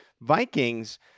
Vikings